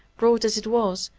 broad as it was,